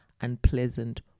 unpleasant